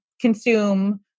consume